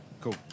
Cool